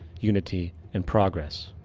unity and progress.